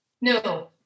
No